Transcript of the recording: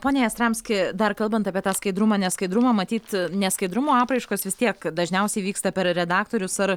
pone jastramski dar kalbant apie tą skaidrumą neskaidrumą matyt neskaidrumo apraiškos vis tiek dažniausiai vyksta per redaktorius ar